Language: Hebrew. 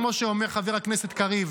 כמו שאומר חבר הכנסת קריב.